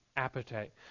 Appetite